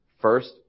First